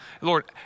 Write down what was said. Lord